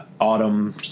autumn